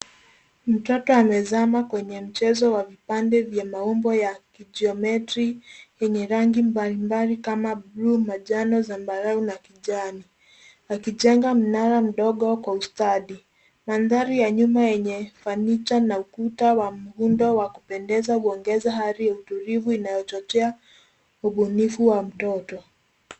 Mtoto amezama kwenye mchezo wa vipande vya maumbo ya kijiometri yenye rangi mbalimbali kama buluu, manjano, zambarau na kijani. Akijenga mnara mdogo kwa ustadi. Mandhari ya nyuma yenye fanicha na ukuta wa muundo wa kupendeza huongeza hali ya utulivu, inayochochea ubunifu wa mtoto.